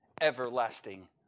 everlasting